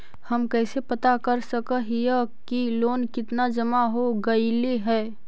हम कैसे पता कर सक हिय की लोन कितना जमा हो गइले हैं?